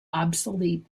obsolete